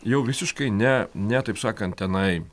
jau visiškai ne ne taip sakant tenai